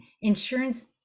insurance